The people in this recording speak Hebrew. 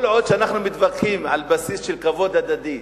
כל עוד אנחנו מתווכחים על בסיס של כבוד הדדי,